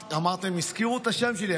אמרתם: הזכירו את השם שלי,